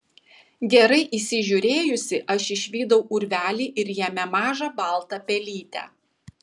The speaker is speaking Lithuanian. gerai įsižiūrėjusi aš išvydau urvelį ir jame mažą baltą pelytę